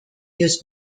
used